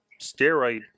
steroid